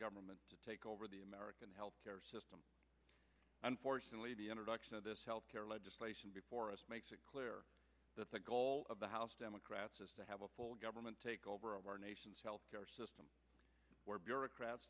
government to take over the american health care system unfortunately the introduction of this health care legislation before us makes it clear that the goal of the house democrats is to have a full government takeover of our nation's health care system where bureaucrats